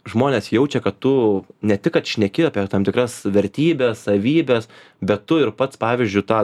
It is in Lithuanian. žmonės jaučia kad tu ne tik kad šneki apie tam tikras vertybes savybes bet tu ir pats pavyzdžiui tą